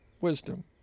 wisdom